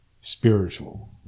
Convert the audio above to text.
spiritual